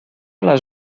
les